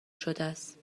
شدهست